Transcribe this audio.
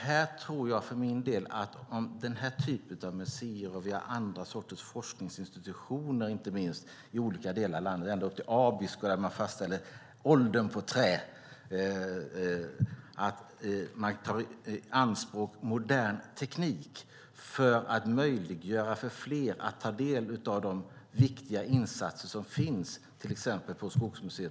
Jag tror för min del att det är viktigt att man i denna typ av museer och inte minst i andra sorters forskningsinstitutioner som vi har i olika delar av landet - ända uppe i Abisko, där man fastställer åldern på trä - tar i anspråk modern teknik. På så vis kan man möjliggöra för fler att ta del av de viktiga insatser som finns till exempel på Skogsmuseet.